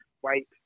white